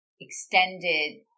extended